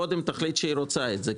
קודם תחליט שהיא רוצה את זה.